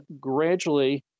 gradually